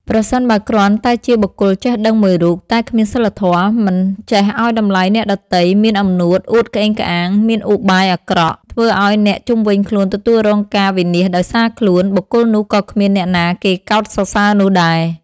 ប្រសិនបើគ្រាន់តែជាបុគ្គលចេះដឹងមួយរូប តែគ្មានសីលធម៌ មិនចេះឲ្យតម្លៃអ្នកដទៃ មានអំនួត អួតក្អេងក្អាង មានឧបាយអាក្រក់ ធ្វើឲ្យអ្នកជុំវិញខ្លួនទទួលរងការវិនាសដោយសារខ្លួន បុគ្គលនោះក៏គ្មានអ្នកណាគេកោតសរសើរនោះដែរ។